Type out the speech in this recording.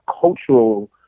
cultural